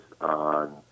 on